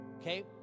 okay